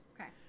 Okay